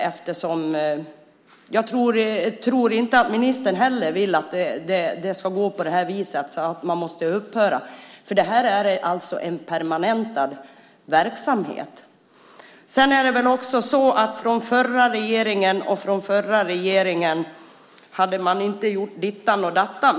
Jag tror inte heller ministern vill att det ska gå på det här viset, att man måste upphöra. Det här är alltså en permanentad verksamhet. Förra regeringen hade inte gjort ditt och datt.